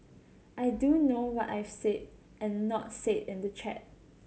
I do know what I've said and not said in the chat